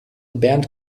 bernd